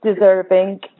deserving